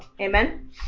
Amen